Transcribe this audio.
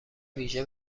ویژه